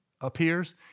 appears